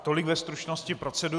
Tolik ve stručnosti procedura.